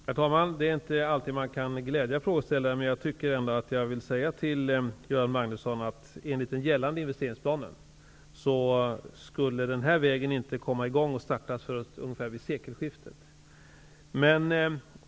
Herr talman! Det är inte alltid jag kan glädja en frågeställare. Men jag kan säga till Göran Magnusson att enligt den gällande investeringsplanen skulle denna väg inte påbörjas förrän vid sekelskiftet.